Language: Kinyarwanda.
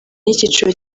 y’icyiciro